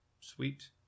Sweet